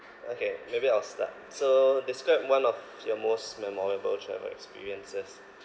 okay maybe I'll start so describe one of your most memorable travel experiences